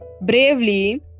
Bravely